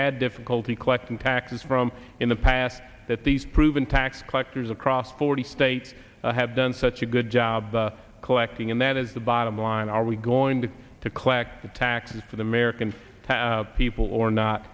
had difficulty collecting taxes from in the past that these proven tax collectors across forty states have done such a good job of collecting and that is the bottom line are we going to collect the taxes to the american for pat people or not